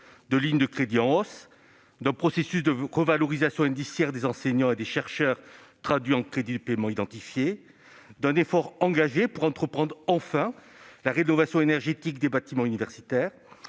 de lignes de crédits en hausse, d'un processus de revalorisation indiciaire des enseignants et des chercheurs traduit en crédits de paiement identifiés, d'un effort engagé pour entreprendre enfin la rénovation énergétique des bâtiments universitaires,